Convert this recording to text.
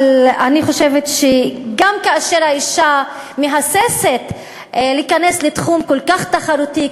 אבל אני חושבת שגם כשהאישה מהססת אם להיכנס לתחום כל כך תחרותי,